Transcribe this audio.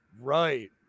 Right